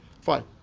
Fine